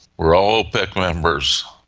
are all opec members,